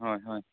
ᱦᱳᱭ ᱦᱳᱭ